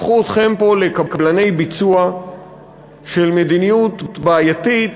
הפכו אתכם פה לקבלני ביצוע של מדיניות בעייתית,